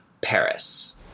Paris